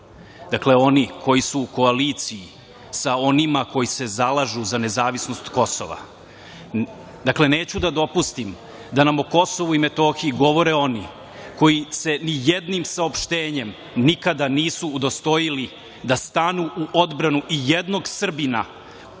dakle, oni koji su u koaliciji sa onima koji se zalažu za nezavisnost Kosova. Neću da dopustim da nam o Kosovu i Metohiji govore oni koji se nijednim saopštenjem nikada nisu udostojili da stanu u odbranu ijednog Srbina